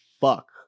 fuck